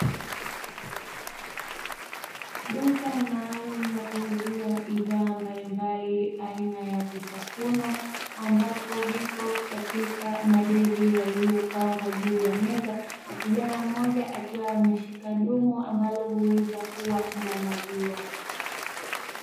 Duka maalumu la kuuzia bidhaa mbalimbali aina ya vitafunwa, ambavyo vipo katika madeli yaliyopangwa juu ya meza, na kijana mmoja akiwa ameshika dumu ambalo huweza kuwa na maziwa.